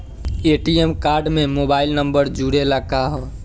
ATM card में mobile number जुरेला का?